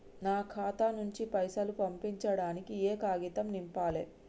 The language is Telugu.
నా ఖాతా నుంచి పైసలు పంపించడానికి ఏ కాగితం నింపాలే?